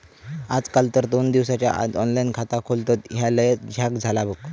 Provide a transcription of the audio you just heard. आजकाल तर दोन तीन दिसाच्या आत ऑनलाइन खाता खोलतत, ह्या लयच झ्याक झाला बघ